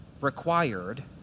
required